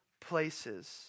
places